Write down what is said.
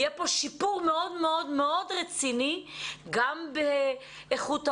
יהיה פה שיפור מאוד מאוד רציני גם באיכות ההוראה,